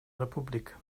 republik